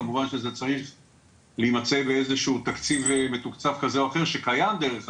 כמובן שצריך להימצא באיזה שהוא תקציב מתוקצב כזה או אחר שקיים דרך אגב,